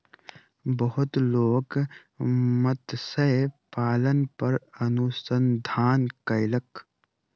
बहुत लोक मत्स्य पालन पर अनुसंधान कयलक